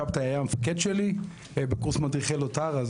שבתאי היה המפקד שלי בקורס מדריכי לוט"ר,